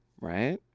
right